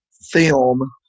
film